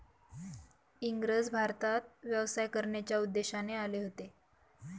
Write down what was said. इंग्रज भारतात व्यवसाय करण्याच्या उद्देशाने आले होते